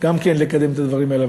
גם כן לקדם את הדברים האלה.